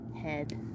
head